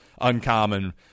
uncommon